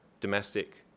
domestic